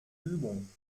übung